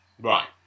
Right